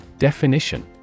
Definition